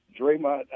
Draymond